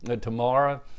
tomorrow